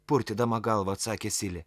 purtydama galvą atsakė silė